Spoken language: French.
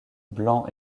blanc